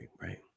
right